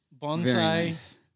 bonsai